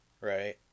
right